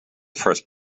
first